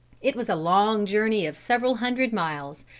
it was a long journey of several hundred miles,